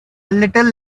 little